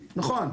נכון.